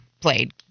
played